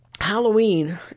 Halloween